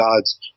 God's